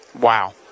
Wow